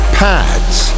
pads